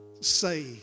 say